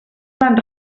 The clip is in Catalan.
van